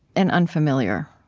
and unfamiliar,